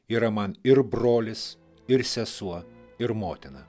yra man ir brolis ir sesuo ir motina